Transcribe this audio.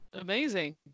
Amazing